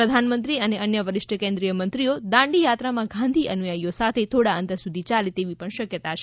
પ્રધાન મંત્રી અને અન્ય વરિષ્ઠ કેન્દ્રીય મંત્રીઓ દાંડી યાત્રામાં ગાંધી અનુયાયીઓ સાથે થોડા અંતર સુધી યાલે તેવી પણ શક્યતા છે